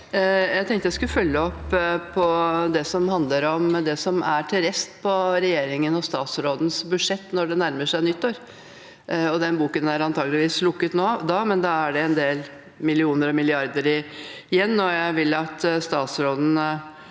Jeg tenkte jeg skulle følge opp det som handler om det som er til rest på regjeringen og statsrådens budsjett når det nærmer seg nyttår. Den boken er antakeligvis lukket nå, men da er det en del millioner og milliarder igjen. Det er ikke mange